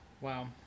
wow